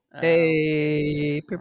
Hey